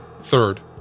Third